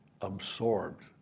absorbed